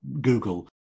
Google